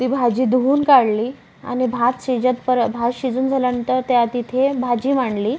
ती भाजी धूवून काढली आणि भात शिजेत्पर भात शिजून झाल्यानंतर त्या तिथे भाजी मांडली